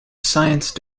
science